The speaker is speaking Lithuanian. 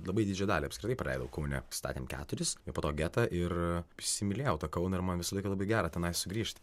labai didžią dalį apskritai praleidau kaune statėm keturis ir po to getą ir įsimylėjau į tą kauną ir man visą laiką labai gera tenai sugrįžt